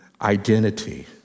identity